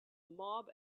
mob